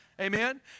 Amen